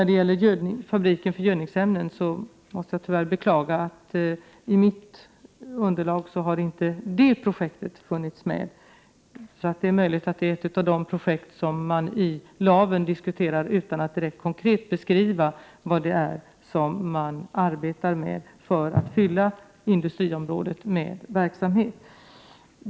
Beträffande fabriken för gödningsämnen måste jag beklaga att det projektet inte har funnits med i mitt underlag. Det är möjligt att det är ett av de projekt som man i Laven diskuterar utan att konkret beskriva vad det är man arbetar med för att fylla industriområdet med verksamhet.